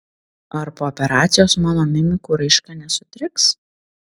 ar po operacijos mano mimikų raiška nesutriks